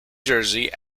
jersey